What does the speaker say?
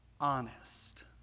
honest